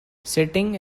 setting